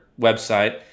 website